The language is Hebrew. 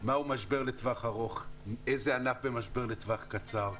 מהו משבר לטווח ארוך, איזה ענף במשבר לטווח קצר.